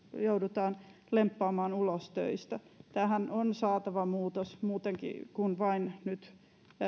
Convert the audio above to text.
joudutaan lemppaamaan ulos töistä tähän on saatava muutos muutenkin kuin vain nyt